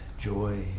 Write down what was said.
joy